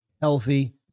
Healthy